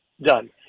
Done